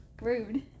Rude